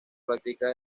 practica